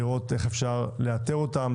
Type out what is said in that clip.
לראות איך אפשר לאתר אותם,